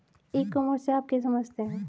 ई commerce से आप क्या समझते हैं?